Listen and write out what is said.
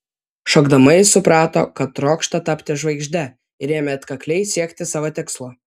šokdama ji suprato kad trokšta tapti žvaigžde ir ėmė atkakliai siekti savo tikslo